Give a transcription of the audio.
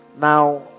Now